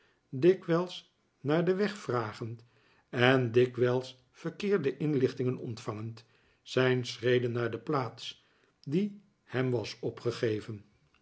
dikwijls naar den weg vragend en dikwijls verkeerde inlichtingen ontvangend zijn schreden naar de plaats die hem was opgegeven